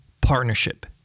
partnership